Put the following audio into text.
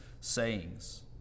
sayings